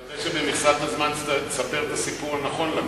אני מקווה שבמכסת הזמן תספר את הסיפור הנכון לכנסת.